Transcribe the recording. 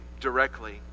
directly